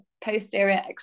posterior